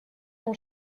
ton